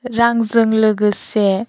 रांजों लोगोसे